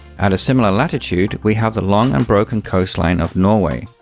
at a similar latitude, we have the long and broken coastline of norway,